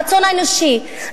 הרצון האנושי,